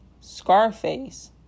Scarface